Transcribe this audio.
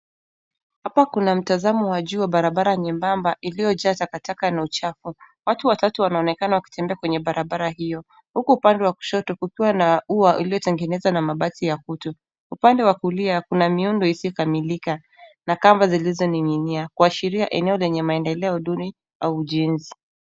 Hapa kuna mtazamo wa juu wa barabara nyembamba iliyojaa takataka na uchafu. Watu watatu wanaonekana wakitembea kwenye barabara hio huku upande wa kushoto kukiwa na ua uliotengenezwa na mabati ya kutu. Upande wa kulia kuna miundo isiyokamilika na kamba zilizoning'inia kuashiria eneo lenye maendeleo duni au ujenzi.